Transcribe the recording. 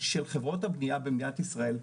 של חברות הבניה במדינת ישראל,